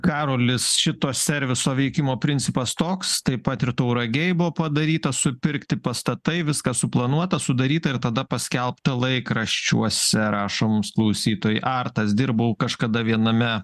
karolis šito serviso veikimo principas toks taip pat ir tauragėje buvo padarytas supirkti pastatai viskas suplanuota sudaryta ir tada paskelbta laikraščiuose rašoma klausytojai artas dirbau kažkada viename